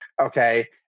Okay